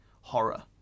horror